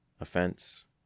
offense